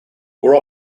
were